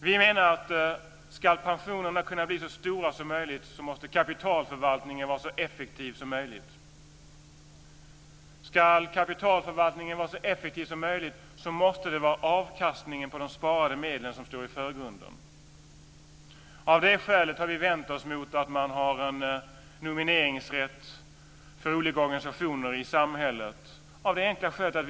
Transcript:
Vi menar att ska pensionerna kunna bli så stora som möjligt måste kapitalförvaltningen vara så effektiv som möjligt. Ska kapitalförvaltningen vara så effektiv som möjligt måste det vara avkastningen på de sparade medlen som står i förgrunden. Av det skälet har vi vänt oss mot att man har en nomineringsrätt för olika organisationer i samhället.